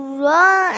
run